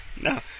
No